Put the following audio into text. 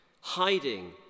hiding